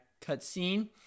cutscene